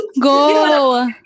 Go